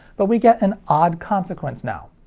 but we get an odd consequence now.